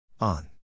on